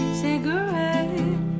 cigarette